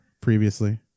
previously